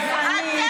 גזענית,